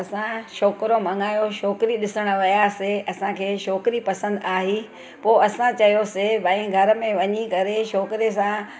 असां छोकिरो मञायो छोकिरी ॾिसण वियासीं असांखे छोकिरी पसंदि आई पोइ असां चयोसीं भई घर में वञी करे छोकिरे सां